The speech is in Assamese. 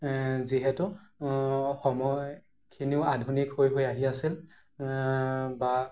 যিহেতু সময়খিনিও আধুনিক হৈ হৈ আহি আছিল বা